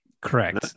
correct